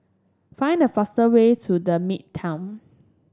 find the fastest way to The Midtown